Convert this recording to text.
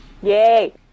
Yay